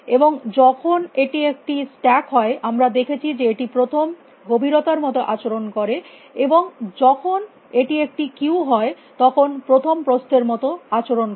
এবং যখন এটি একটি স্ট্যাক হয় আমরা দেখেছি যে এটি প্রথম গভীরতার মত আচরণ করে এবং যখন এটি একটি কিউ হয় তখন প্রথম প্রস্থের মত আচরণ করে